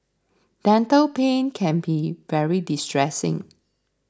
dental pain can be very distressing